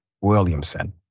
Williamson